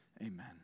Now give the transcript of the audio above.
amen